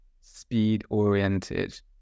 speed-oriented